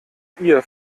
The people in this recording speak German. ihr